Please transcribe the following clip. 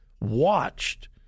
watched